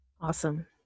Awesome